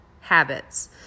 habits